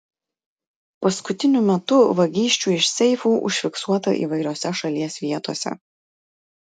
paskutiniu metu vagysčių iš seifų užfiksuota įvairiose šalies vietose